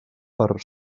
per